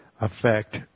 affect